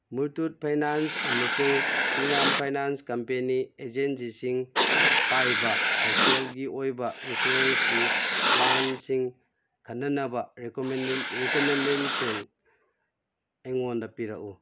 Muthoot finance ꯑꯃꯁꯨꯡ Shriram finance company ꯑꯖꯦꯟꯁꯤꯁꯤꯡ ꯄꯥꯏꯕ ꯍꯛꯁꯦꯜꯒꯤ ꯑꯣꯏꯕ ꯏꯟꯁꯨꯔꯦꯟꯁꯀꯤ ꯄ꯭ꯂꯥꯟꯁꯤꯡ ꯈꯟꯅꯅꯕ ꯔꯤꯀꯝꯃꯦꯟꯗꯦꯟꯁꯤꯡ ꯑꯩꯉꯣꯟꯗ ꯄꯤꯔꯛꯎ